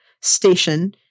station